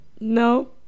No